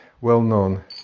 well-known